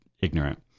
ignorant